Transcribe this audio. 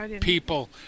people